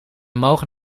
mogen